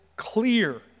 Clear